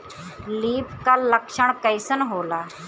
Leaf curl लक्षण कइसन होला?